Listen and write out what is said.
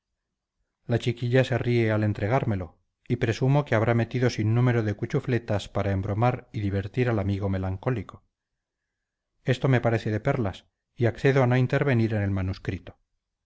la chiquilla se ríe al entregármelo y presumo que habrá metido sinnúmero de cuchufletas para embromar y divertir al amigo melancólico esto me parece de perlas y accedo a no intervenir el manuscrito